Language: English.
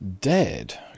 dead